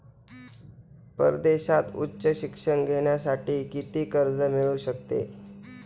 परदेशात उच्च शिक्षण घेण्यासाठी किती कर्ज मिळू शकते?